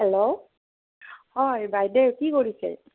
hello হয় বাইদেউ কি কৰিছে